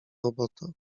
robota